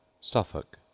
Suffolk